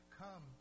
come